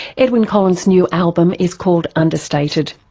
edwyn collins' new album is called understated.